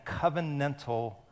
covenantal